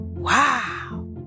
Wow